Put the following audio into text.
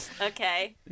Okay